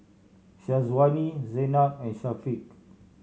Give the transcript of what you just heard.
Syazwani Zaynab and Syafiq